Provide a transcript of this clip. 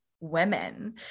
women